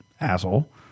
asshole